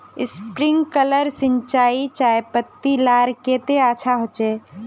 Sprinkler सिंचाई चयपत्ति लार केते अच्छा होचए?